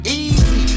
easy